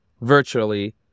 virtually